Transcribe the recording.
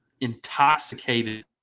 intoxicated